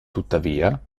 tuttavia